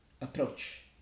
approach